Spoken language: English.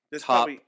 top